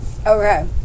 Okay